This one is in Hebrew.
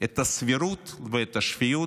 את הסבירות ואת השפיות